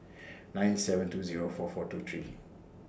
nine seven two Zero four four two three